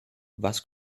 was